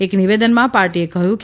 એક નિવેદનમાં પાર્ટીએ કહ્યું કે